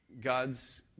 God's